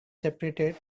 separated